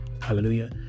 Hallelujah